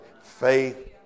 Faith